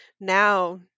now